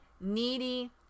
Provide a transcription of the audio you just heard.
needy